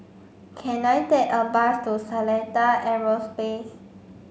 can I take a bus to Seletar Aerospace